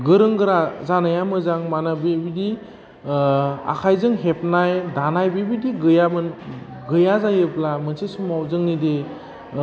गोरों गोरा जानाया मोजां मानो बेबादि आखाइजों हेबनाय दानाय बेबायदि गैयामोन गैया जायोब्ला मोनसे समाव जोंनिदि